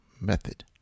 method